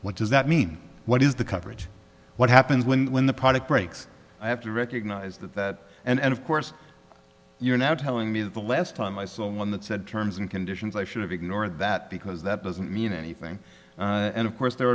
what does that mean what is the coverage what happens when the product breaks i have to recognize that and of course you're now telling me that the last time i saw one that said terms and conditions i should ignore that because that doesn't mean anything and of course there